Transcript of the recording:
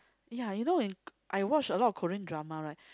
ya you know is I watched a lot of Korea Drama right